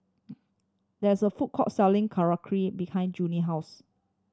there's a food court selling Korokke behind Junie house